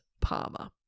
Palmer